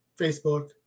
Facebook